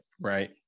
Right